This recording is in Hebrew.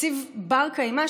תקציב בר-קיימא,